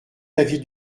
l’avis